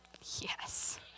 Yes